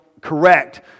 correct